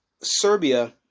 Serbia